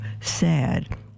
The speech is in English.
sad